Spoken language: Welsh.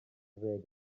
ddeg